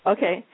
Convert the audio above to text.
Okay